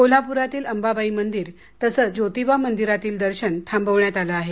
कोल्हापुरतील अंबाबाई मंदिर तसंच श्री क्षेत्र ज्योतिबा मंदिरातील दर्शन थांबवण्यात आलं आहे